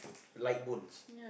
light bones